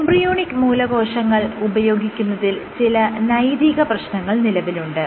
embryonic മൂലകോശങ്ങൾ ഉപയോഗിക്കുന്നതിൽ ചില നൈതിക പ്രശ്നങ്ങൾ നിലവിലുണ്ട്